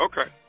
okay